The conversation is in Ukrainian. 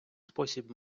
спосіб